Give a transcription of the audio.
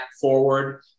forward